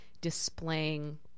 displaying